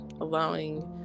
allowing